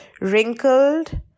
Wrinkled